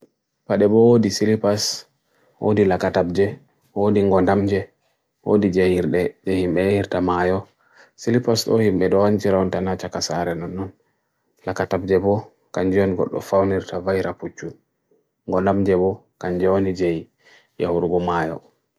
padebo odi silipas, odi lagatab je, odi ngondam je, odi je ir le, je hi me irta mayo, silipas to hi me doan chirwantana chakasare nanun, lagatab je bo, kanjwany got lo fawn irta vai rapuchu, ngondam je bo, kanjwany je hi, ya urgo mayo.